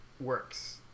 works